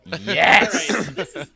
yes